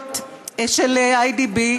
המניות של "איי.די.בי"